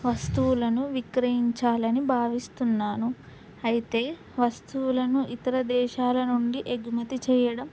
వస్తువులను విక్రయించాలని భావిస్తున్నాను అయితే వస్తువులను ఇతర దేశాల నుండి ఎగుమతి చేయడం